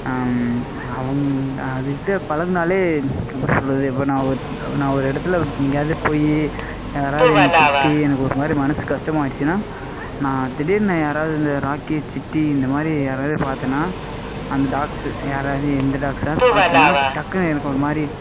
அவங்கள் அதுக்கிட்டே பழகினாலே எப்படி சொல்கிறது இப்போ நான் ஒரு நான் ஒரு இடத்துல எங்கியாவது போய் யாராவது என்னை திட்டி எனக்கு ஒரு மாதிரி மனசு கஷ்டமாகிடுச்சினா நான் திடீர்னு யாராவது இந்த ராக்கி சிட்டி இந்த மாதிரி யாராவது பாத்தேன்னா அந்த டாக்ஸு யாராவது எந்த டாக்ஸாவது பாத்தேன்னா டக்குன்னு எனக்கு ஒரு மாதிரி